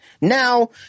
Now